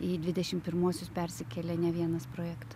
į dvidešimt pirmuosius persikėlė ne vienas projektas